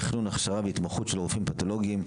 תכנון הכשרה והתמחות של הרופאים הפתולוגיים,